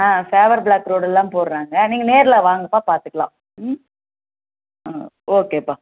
ஆ paver block ரோடெல்லாம் போட்றாங்க நீங்கள் நேரில் வாங்கப்பா பார்த்துக்கலாம் ம் ஆ ஓகேப்பா